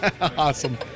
Awesome